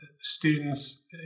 students